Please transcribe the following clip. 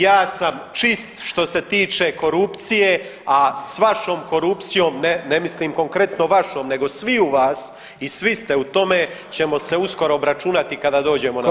Ja sam čist što se tiče korupcije, a s vašom korupcijom, ne mislim konkretnom vašom, nego sviju vas i svi ste u tome ćemo se uskoro obračunati kada dođemo na vlast.